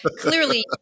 Clearly